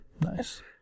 Nice